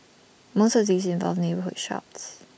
most of these involved neighbourhood shops